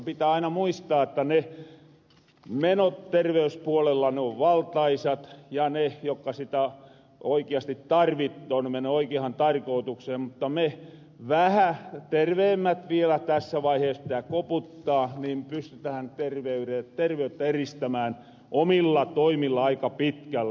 pitää aina muistaa että ne menot terveyspuolella ne on valtaisat ja ne menöö oikeahan tarkootukseen niille jokka sitä oikeasti tarvittoo mutta me vähä terveemmät vielä tässä vaihees pitää koputtaa pystytähän terveyttä eristämään omilla toimilla aika pitkälle